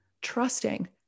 trusting